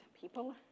people